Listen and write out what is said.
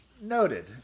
Noted